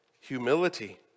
humility